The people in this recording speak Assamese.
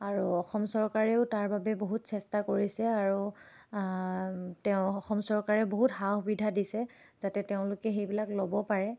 আৰু অসম চৰকাৰেও তাৰ বাবে বহুত চেষ্টা কৰিছে আৰু তেওঁ অসম চৰকাৰে বহুত সা সুবিধা দিছে যাতে তেওঁলোকে সেইবিলাক ল'ব পাৰে